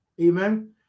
Amen